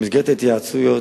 במסגרת ההתייעצויות,